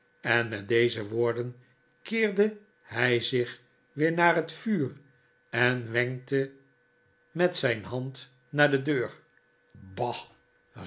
en met deze woorden keerde hij zich weer naar het vuur en wenkte met zijn hand naar de deur bah